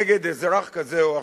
נגד אזרח כזה או אחר,